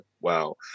Wow